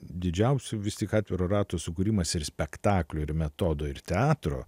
didžiausių vis tik atviro rato sukūrimas ir spektaklio ir metodo ir teatro